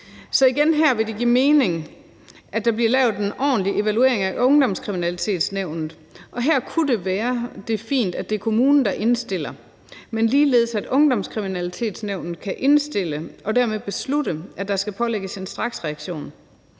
Så igen her vil det give mening, at der bliver lavet en ordentlig evaluering af Ungdomskriminalitetsnævnet, og her kunne det være fint, at det er kommunen, der indstiller, men ligeledes, at Ungdomskriminalitetsnævnet kan indstille og dermed beslutte, at der skal pålægges en straksreaktion.